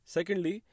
Secondly